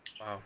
Wow